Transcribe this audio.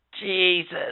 Jesus